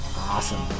Awesome